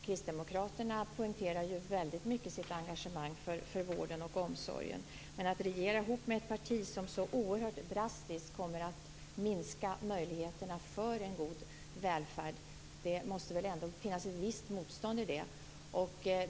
Kristdemokraterna poängterar ju väldigt mycket sitt engagemang för vården och omsorgen, och det borde finnas ett visst motstånd mot att regera ihop med ett parti som så oerhört drastiskt kommer att minska möjligheterna för en god välfärd.